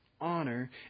honor